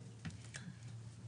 היא נכונה בעיני הרבה מאוד אנשים.